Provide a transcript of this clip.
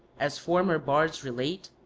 as former bards relate,